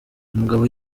umugabo